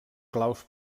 claus